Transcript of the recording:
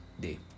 day